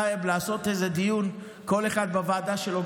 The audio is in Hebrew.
טייב, לעשות איזה דיון, כל אחד בוועדה שלו.